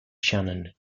shannon